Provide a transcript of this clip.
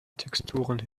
texturen